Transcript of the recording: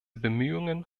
bemühungen